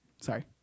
Sorry